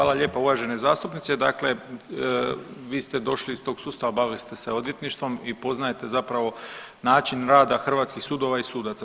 Hvala lijepa uvažena zastupnice, dakle vi ste došli iz tog sustava, bavili ste se odvjetništvom i poznajete zapravo način rada hrvatskih sudova i sudaca.